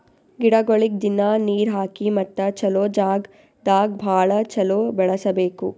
ಗಿಡಗೊಳಿಗ್ ದಿನ್ನಾ ನೀರ್ ಹಾಕಿ ಮತ್ತ ಚಲೋ ಜಾಗ್ ದಾಗ್ ಭಾಳ ಚಲೋ ಬೆಳಸಬೇಕು